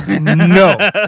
No